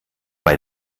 bei